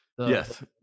Yes